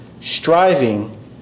striving